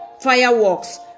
Fireworks